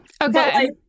Okay